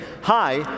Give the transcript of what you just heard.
Hi